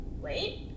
wait